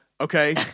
okay